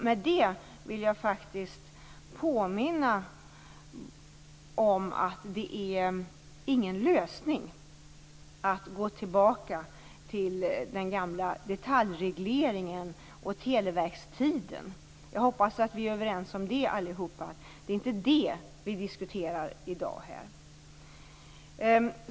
Med det vill jag påminna om att det inte är någon lösning att gå tillbaka till den gamla detaljregleringen och televerkstiden. Jag hoppas att vi alla är överens om att det inte är det vi diskuterar i dag här.